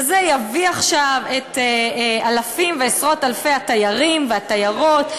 וזה יביא את עשרות-אלפי התיירים והתיירות,